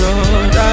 Lord